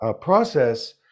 process